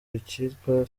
icyitwa